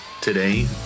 Today